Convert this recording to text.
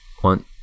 one